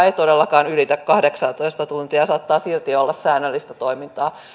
ei todellakaan ylitä kahdeksaatoista tuntia ja saattaa silti olla säännöllistä toimintaa